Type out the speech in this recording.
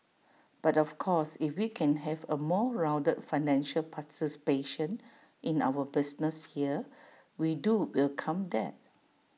but of course if we can have A more rounded financial participation in our business here we do welcome that